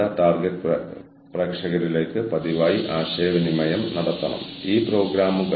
strategic HRM അല്ല ക്ഷമിക്കണം ഞാൻ കടമെടുത്ത സസ്റ്റൈനബിൾ HRM ന്റെ മോഡലാണിത്